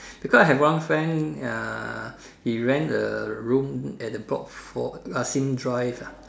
because I have one friend uh he rent the room at the block four Sim drive ah